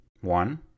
one